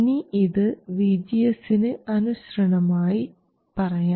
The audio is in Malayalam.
ഇനി ഇത് VGS ന് അണുശ്രണമായി പറയാം